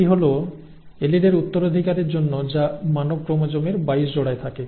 এটি হল এলিলের উত্তরাধিকারের জন্য যা মানব ক্রোমোজোমের 22 জোড়ায় থাকে